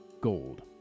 gold